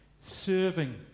serving